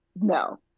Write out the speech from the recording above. no